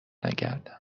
نگردم